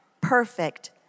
perfect